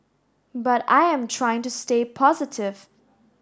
but I am trying to stay positive